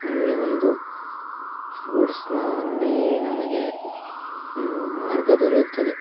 ನಮಗೆ ಒಂದು ಫೂಡ್ಸ್ ನಾ ಅಲ್ಲಿ ನಮಗೆ ಮಾರ್ಗ ದೊರೆಯುತ್ತದೆ